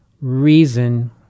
reason